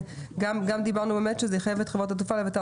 וגם באמת דיברנו על כך שזה יחייב את חברות התעופה לבטל